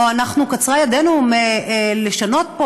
או: קצרה ידנו לשנות פה